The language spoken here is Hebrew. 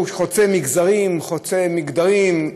חוצה מגזרים וחוצה מגדרים,